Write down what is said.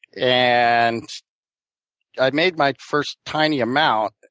and i'd made my first tiny amount.